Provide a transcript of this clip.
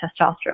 testosterone